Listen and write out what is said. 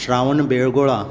Shravanabelagola